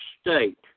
State